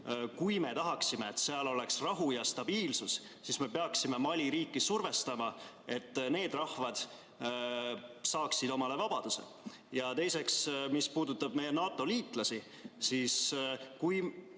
Kui me tahame, et seal oleks rahu ja stabiilsus, siis me peaksime Mali riiki survestama, et need rahvad saaksid omale vabaduse. Ja teiseks, mis puudutab meie liitlasi NATO-s, siis kui